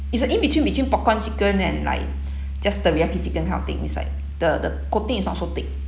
it's a in-between between popcorn chicken and like just teriyaki chicken kind of thing inside the the coating is not so thick